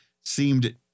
seemed